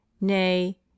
nay